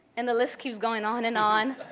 and the list keeps going on and on.